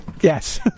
Yes